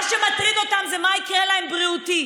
מה שמטריד אותם זה מה שיקרה להם בריאותית,